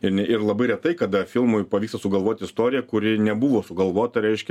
ir ne ir labai retai kada filmui pavyksta sugalvot istoriją kuri nebuvo sugalvota reiškia